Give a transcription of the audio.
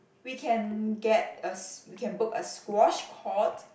we can get a s~ we can book a squash court